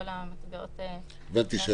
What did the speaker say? נדמה לי שהייתה